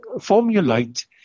formulate